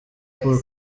paul